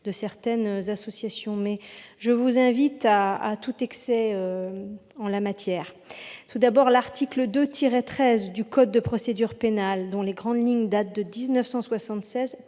certaines associations. Je vous invite toutefois à éviter tout excès en la matière. Tout d'abord, l'article 2-13 du code de procédure pénale, dont les grandes lignes datent de 1976,